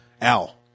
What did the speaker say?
Al